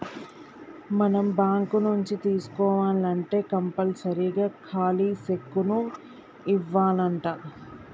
మనం బాంకు నుంచి తీసుకోవాల్నంటే కంపల్సరీగా ఖాలీ సెక్కును ఇవ్యానంటా